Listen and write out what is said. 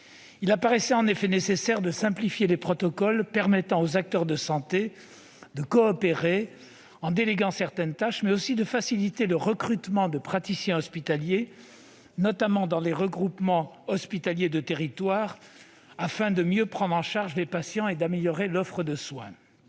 Il paraissait en effet nécessaire de simplifier les protocoles permettant aux acteurs de santé de coopérer, en déléguant certaines tâches notamment, mais aussi de faciliter le recrutement de praticiens hospitaliers, en particulier dans les GHT, afin de mieux prendre en charge les patients et d'améliorer l'offre de soins.